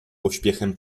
pośpiechem